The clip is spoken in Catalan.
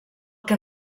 que